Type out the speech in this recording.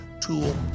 tool